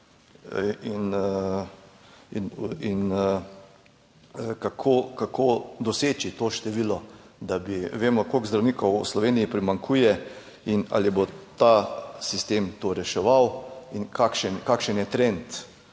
Kako doseči to število, da bi, vemo koliko zdravnikov v Sloveniji primanjkuje in ali bo ta sistem to reševal in kakšen je trend